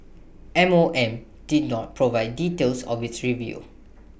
M O M did not provide details of its review